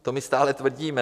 To my stále tvrdíme.